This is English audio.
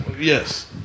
yes